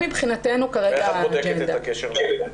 איך את בודקת את הקשר לילד?